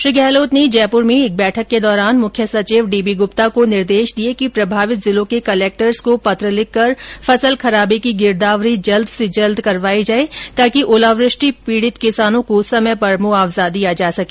श्री गहलोत ने जयपुर में एक बैठक के दौरान मुख्य सचिव डी बी गुप्ता को निर्देश दिए कि प्रभावित जिलों के कलक्टर्स को पत्र लिखकर फसल खराबे की गिरदावरी जल्द से जल्द करवाई जाए ताकि ओलावृष्टि पीड़ित किसानों को समय पर मुआवजा दिया जा सके